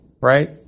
right